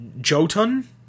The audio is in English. jotun